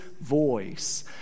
voice